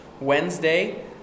Wednesday